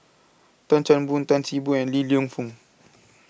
Tan Chan Boon Tan See Boo and Li Lienfung